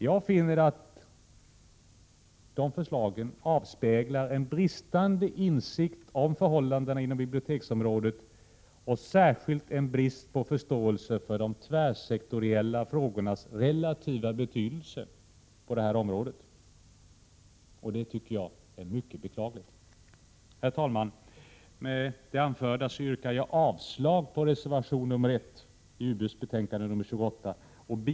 Jag finner att dessa förslag avspeglar en bristande insikt om förhållandena inom biblioteksområdet och särskilt en brist på förståelse för de tvärsektoriella frågornas relativa betydelse inom detta område, och det är mycket beklagligt. Herr talman! Med det anförda yrkar jag avslag på reservation 1 i